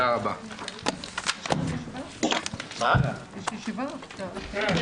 הישיבה ננעלה בשעה 10:17.